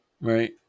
Right